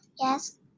Yes